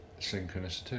synchronicity